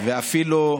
רוצה.